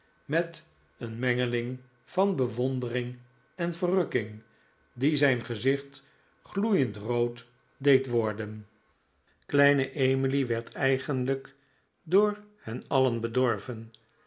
met een mengeling van bewondering en verrukking die zijn gezicht gloeiend rood deed worden weer in de woonschuit kleine emily werd eigenlijk door hen alien bedorven